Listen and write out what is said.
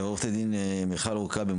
עורכת הדין מיכל עורקבי,